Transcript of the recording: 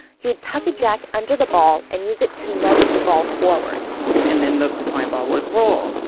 he would tuck a jack under the ball and use it to nudge the ball forward and then the twine ball would roll.